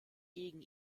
gegen